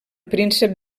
príncep